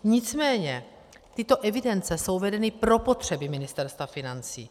Nicméně tyto evidence jsou vedeny pro potřeby Ministerstva financí.